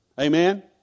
Amen